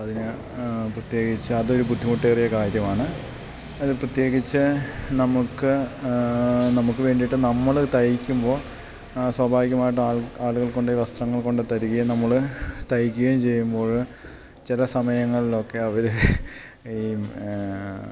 അതിന് പ്രത്യേകിച്ച് അതൊരു ബുദ്ധിമുട്ടേറിയ കാര്യമാണ് അത് പ്രത്യേകിച്ച് നമുക്ക് നമുക്ക് വേണ്ടിയിട്ട് നമ്മള് തയ്ക്കുമ്പോള് സ്വാഭാവികമായിട്ട് ആളുകൾ വസ്ത്രങ്ങൾ കൊണ്ടുതരികയും നമ്മള് തയ്ക്കുകയും ചെയ്യുമ്പോള് ചില സമയങ്ങളിലൊക്കെ അവര് ഈ